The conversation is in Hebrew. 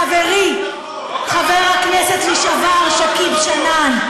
חברי חבר הכנסת לשעבר שכיב שנאן,